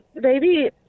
baby